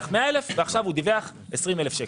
על 100,000 שקל ועכשיו הוא דיווח על 20,000 שקל.